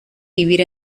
vivir